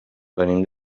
venim